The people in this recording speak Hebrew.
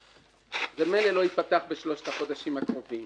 ממילא זה לא ייפתח בשלושת החודשים הקרובים.